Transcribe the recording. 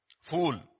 Fool